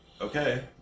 okay